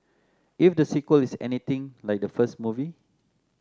if the sequel is anything like the first movie